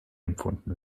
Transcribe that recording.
empfunden